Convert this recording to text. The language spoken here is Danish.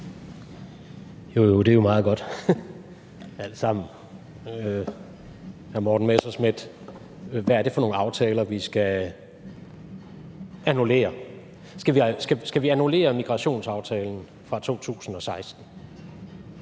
Det er jo meget godt alt sammen. Hr. Morten Messerschmidt, hvad er det for nogle aftaler, vi skal annullere? Skal vi annullere migrationsaftalen fra 2016